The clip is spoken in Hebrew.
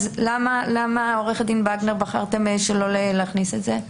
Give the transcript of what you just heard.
למה עורכת דין וגנר בחרתם שלא להכניס את זה?